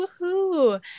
Woohoo